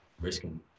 risking